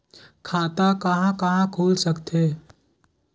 खाता कहा कहा खुल सकथे?